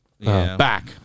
back